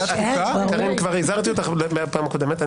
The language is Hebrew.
קארין, כבר הזהרתי אותך בפעם הקודמת.